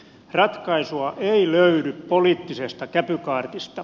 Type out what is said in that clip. ratkaisua ei löydy poliittisesta käpykaartista